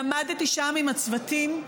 עמדתי שם עם הצוותים,